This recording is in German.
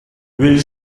will